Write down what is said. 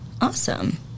Awesome